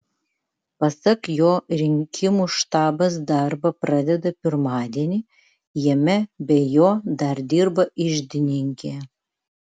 pasak jo rinkimų štabas darbą pradeda pirmadienį jame be jo dar dirba iždininkė